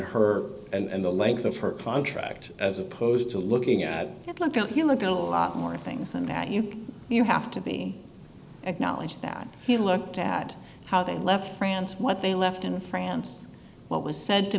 r and the length of her contract as opposed to looking at it like don't you look at a lot more things than that you you have to be acknowledged that he looked at how they left france what they left in france what was said to